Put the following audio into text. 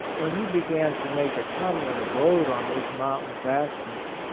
when he began to make a per manent abode on his mountain fast ness,